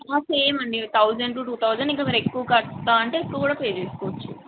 same అండి thousand to two thousand ఇంకా మీరు ఎక్కువ కడతా అంటే ఎక్కువ కూడా పే చేసుకోవచ్చు